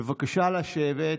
בבקשה לשבת.